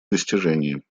достижении